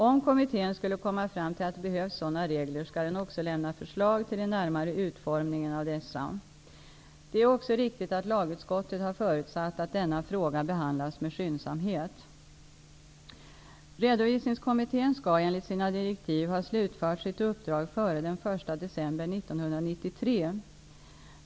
Om kommittén skulle komma fram till att det behövs sådana regler, skall den också lämna förslag till den närmare utformningen av dem. Det är också riktigt att lagutskottet har förutsatt att denna fråga behandlas med skyndsamhet. Redovisningskommittén skall enligt sina direktiv ha slutfört sitt uppdrag före den 1 december 1993.